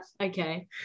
Okay